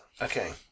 okay